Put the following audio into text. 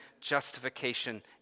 justification